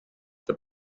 the